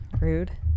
Rude